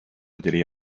delle